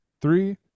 Three